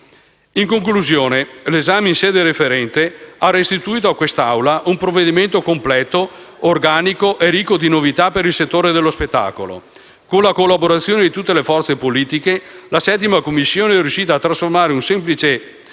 In conclusione, l'esame in sede referente ha restituito a quest'Assemblea un provvedimento completo, organico e ricco di novità per il settore dello spettacolo. Con la collaborazione di tutte le forze politiche, la 7a Commissione è riuscita a trasformare una semplice